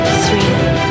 three